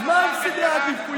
אז מה הם סדרי העדיפויות?